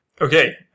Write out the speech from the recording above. Okay